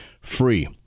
free